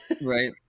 right